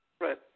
Right